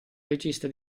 regista